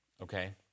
okay